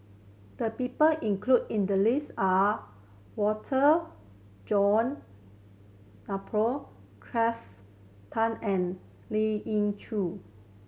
the people included in the list are Walter John Napier Cleo Thang and Lien Ying Chow